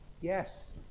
Yes